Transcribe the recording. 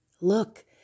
Look